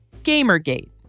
Gamergate